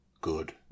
good